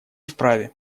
вправе